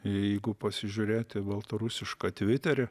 jeigu pasižiūrėti baltarusišką tviterį